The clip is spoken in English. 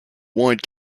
wide